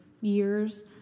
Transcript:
years